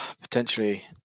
potentially